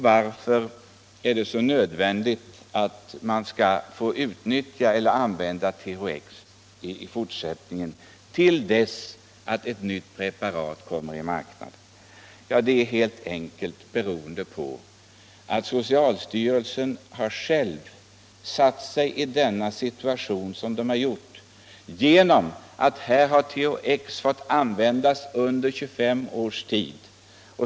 Varför är det då så nödvändigt att man får använda THX i fortsättningen, till dess att ett nytt preparat kommer i marknaden? Jo, det beror helt enkelt på att socialstyrelsen själv försatt sig i denna situation genom att THX fått användas under 25 års tid.